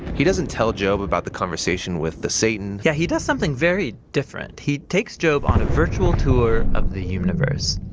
he doesn't tell job about the conversation with the satan yeah he does something very different. he takes job on a virtual tour of the universe.